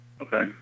Okay